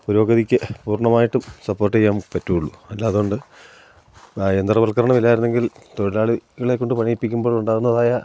പുരോഗതിക്ക് പൂർണ്ണമായിട്ടും സപ്പോർട്ട് ചെയ്യാൻ പറ്റുകയുള്ളു അല്ലാത്തത് കൊണ്ട് യന്ത്രവർക്കരണം ഇല്ലായിരുന്നെങ്കിൽ തൊഴിലാളികളെക്കൊണ്ട് പണിയിപ്പിക്കുമ്പോൾ ഉണ്ടാകുന്നതായ